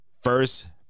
First